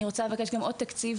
אני רוצה לבקש עוד תקציב